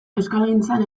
euskalgintzan